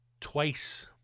twice